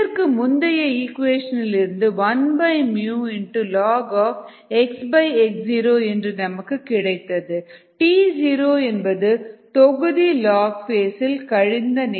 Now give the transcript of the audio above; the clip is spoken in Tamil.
இதற்கு முந்தைய ஈக்குவேஷன் இலிருந்து 1 lnxx0 என்று நமக்கு கிடைத்தது t0 என்பது தொகுதி லாக் ஃபேஸ் இல் கழித்த நேரம்